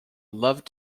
loved